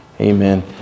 Amen